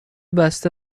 بسته